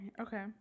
okay